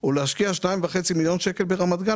או להשקיע שניים וחצי מיליון שקל ברמת גן,